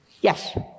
Yes